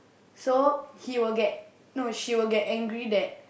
so he will get no she will get angry that